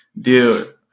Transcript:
dude